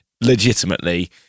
legitimately